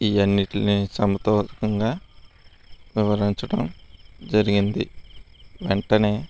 ఈ అన్నిటిని సమతూకంగా వివరించడం జరిగింది వెంటనే